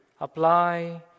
apply